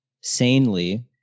sanely